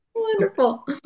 Wonderful